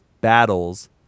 Battles